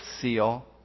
seal